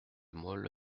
mole